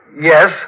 Yes